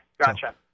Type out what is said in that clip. gotcha